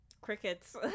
Crickets